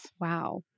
Wow